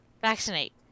vaccinate